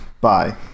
Bye